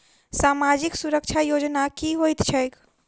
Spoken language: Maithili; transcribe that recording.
सामाजिक सुरक्षा योजना की होइत छैक?